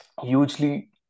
hugely